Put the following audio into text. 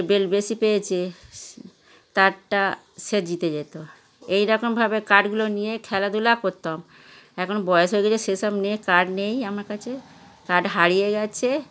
belt বেশি পেয়েছে তারটা সে জিতে যেত এই রকমভাবে কার্ডগুলো নিয়ে খেলাধুলা করতাম এখন বয়স হয়ে গিয়েছে সেসব নেই কার্ড নেই আমার কাছে কার্ড হারিয়ে গিয়েছে